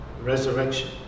resurrection